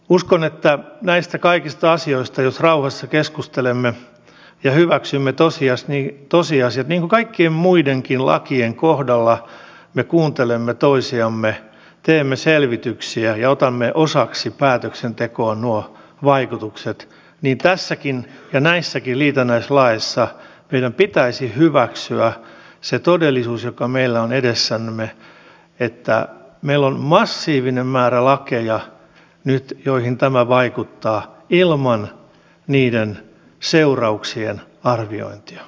uskon että jos näistä kaikista asioista rauhassa keskustelemme ja hyväksymme tosiasiat niin kuin kaikkien muidenkin lakien kohdalla me kuuntelemme toisiamme teemme selvityksiä ja otamme osaksi päätöksentekoon nuo vaikutukset niin tässäkin ja näissäkin liitännäislaeissa meidän pitäisi hyväksyä se todellisuus joka meillä on edessämme että meillä on massiivinen määrä lakeja nyt joihin tämä vaikuttaa ilman niiden seurauksien arviointia